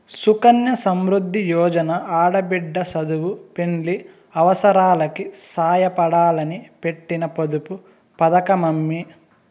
సుకన్య సమృద్ది యోజన ఆడబిడ్డ సదువు, పెండ్లి అవసారాలకి సాయపడాలని పెట్టిన పొదుపు పతకమమ్మీ